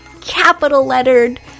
capital-lettered